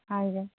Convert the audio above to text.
हजुर